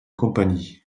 compagnie